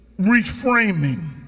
reframing